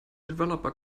developer